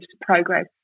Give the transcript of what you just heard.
progress